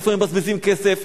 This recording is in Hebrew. איפה הם מבזבזים כסף,